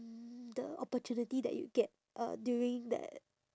the opportunity that you get uh during that